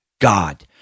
God